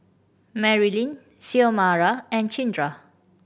Merlyn Xiomara and Cinda